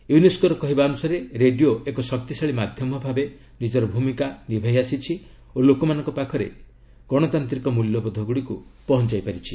ୟୁନେସ୍କୋର କହିବା ଅନୁସାରେ ରେଡିଓ ଏକ ଶକ୍ତିଶାଳୀ ମାଧ୍ୟମ ଭାବେ ନିଜର ଭୂମିକା ନିଭେଇ ଆସିଛି ଓ ଲୋକମାନଙ୍କ ପାଖରେ ଗଣତାନ୍ତ୍ରିକ ମୂଲ୍ୟବୋଧଗୁଡ଼ିକୁ ପହଞ୍ଚାଇ ପାରିଛି